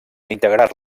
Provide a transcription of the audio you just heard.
integrar